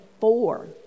four